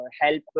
help